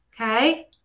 Okay